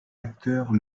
acteurs